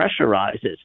pressurizes